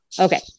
okay